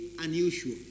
unusual